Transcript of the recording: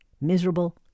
miserable